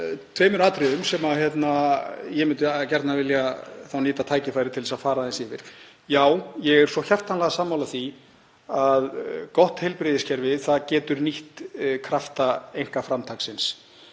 tveimur atriðum sem ég myndi gjarnan vilja nýta tækifærið til að fara aðeins yfir. Já, ég er svo hjartanlega sammála því að gott heilbrigðiskerfi getur nýtt krafta einkaframtaksins.